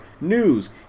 news